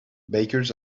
bakers